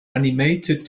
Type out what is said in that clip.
animated